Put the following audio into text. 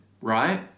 right